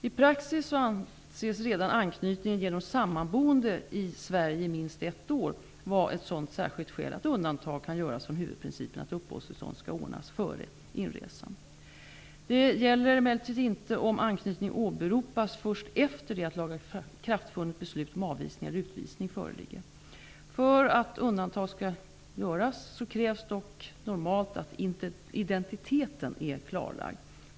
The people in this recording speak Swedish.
I praxis anses redan anknytningen genom sammanboende i Sverige i minst ett år vara ett sådant särskilt skäl att undantag kan göras från huvudprincipen att uppehållstillstånd skall ordnas före inresan. Det gäller emellertid inte om anknytning åberopas först efter det att lagakraftvunnet beslut om avvisning eller utvisning föreligger. För att undantag skall göras krävs dock normalt att identiteten är klarlagd.